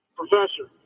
professor